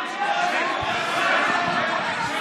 הבנתי.